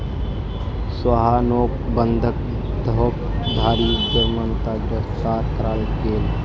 सोहानोक बंधक धोकधारी जुर्मोत गिरफ्तार कराल गेल